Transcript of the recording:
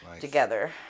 together